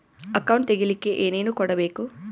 Account ತೆಗಿಲಿಕ್ಕೆ ಏನೇನು ಕೊಡಬೇಕು?